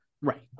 right